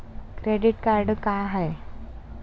Credit card का हाय?